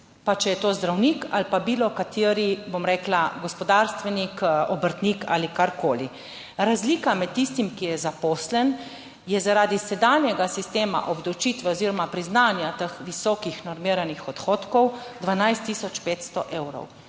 pa če je to zdravnik ali pa bilo kateri, bom rekla, gospodarstvenik, obrtnik ali karkoli. Razlika med tistim, ki je zaposlen je zaradi sedanjega sistema obdavčitve oziroma priznanja teh visokih normiranih odhodkov 12 tisoč 500 evrov.